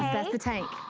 that's the tank.